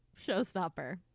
showstopper